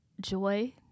joy